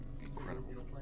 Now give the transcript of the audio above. incredible